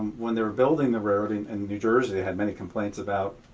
when they were building the railroad in and new jersey they had many complaints about